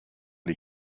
les